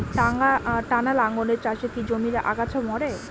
টানা লাঙ্গলের চাষে কি জমির আগাছা মরে?